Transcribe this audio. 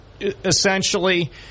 essentially